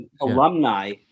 Alumni